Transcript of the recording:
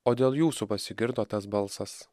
o dėl jūsų pasigirdo tas balsas